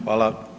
Hvala.